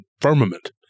firmament